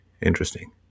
Interesting